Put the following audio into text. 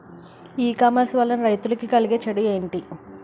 ఈ కామర్స్ వలన రైతులకి కలిగే చెడు ఎంటి?